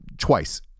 twice